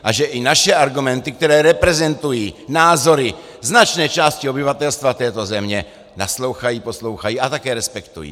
A že i naše argumenty, které reprezentují názory značné části obyvatelstva této země, naslouchají, poslouchají a také respektují.